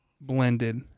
blended